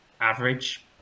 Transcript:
average